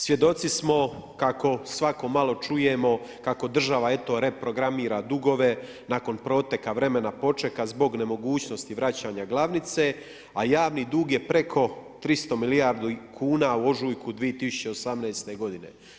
Svjedoci smo kako svako malo čujemo kako država preprogramira dugove nakon proteka vremena počeka zbog nemogućnosti vraćanja glavnice a javni dug je preko 300 milijardu kuna u ožujku 2018. godine.